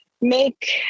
make